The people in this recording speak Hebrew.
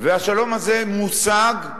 והשלום הזה מושג,